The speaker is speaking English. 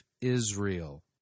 Israel